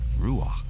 Ruach